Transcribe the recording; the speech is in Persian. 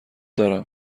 دارم